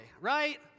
right